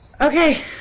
Okay